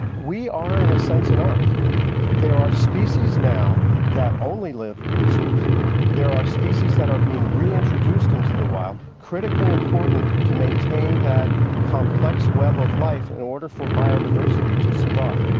we are in a sense an ark there are species now that only live in zoos there are species that are being reintroduced into the wild, critically important to maintain that complex web of life in order for biodiversity to survive.